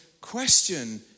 question